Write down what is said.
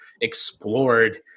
explored